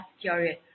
curious